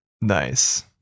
Nice